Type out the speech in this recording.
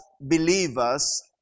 believers